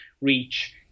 reach